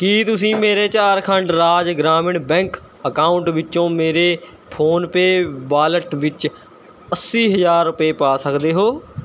ਕੀ ਤੁਸੀਂ ਮੇਰੇ Jharkhand Raj Gramin bank account ਵਿੱਚੋਂ ਮੇਰੇ ਫ਼ੋਨਪੇਅ ਵਾਲਟ ਵਿੱਚ ਅੱਸੀ ਹਜ਼ਾਰ ਰੁਪਏ ਪਾ ਸਕਦੇ ਹੋ